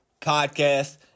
Podcast